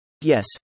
Yes